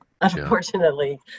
Unfortunately